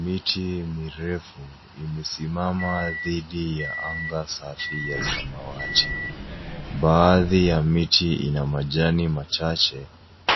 Miti mirefu imesimama dhidi ya anga safi ya samawati. Baadhi ya miti ina majani machache